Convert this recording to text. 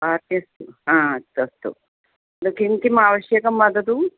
अस्ति अस्ति अस्तु अस्तु किं किम् आवश्यकं वदतु